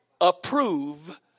approve